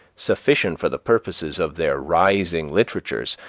sufficient for the purposes of their rising literatures,